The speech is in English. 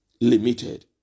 limited